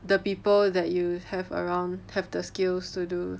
the people that you have around have the skills to do